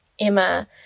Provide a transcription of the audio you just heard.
Emma